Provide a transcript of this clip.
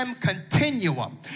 continuum